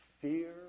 fear